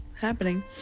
happening